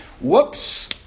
Whoops